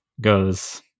goes